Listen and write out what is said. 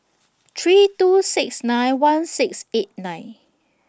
three two six nine one six eight nine